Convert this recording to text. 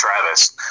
Travis